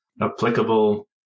applicable